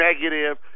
negative